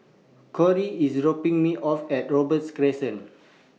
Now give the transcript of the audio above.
Corry IS dropping Me off At Robey's Crescent